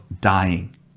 dying